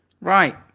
Right